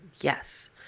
Yes